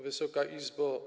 Wysoka Izbo!